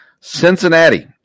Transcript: Cincinnati